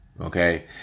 Okay